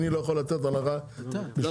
אני לא יכול לתת הנחה בשניהם?